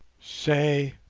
say,